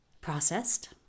processed